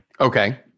Okay